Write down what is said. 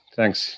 Thanks